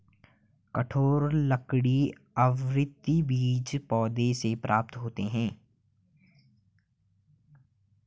कठोर लकड़ी आवृतबीजी पौधों से प्राप्त होते हैं